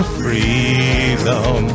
freedom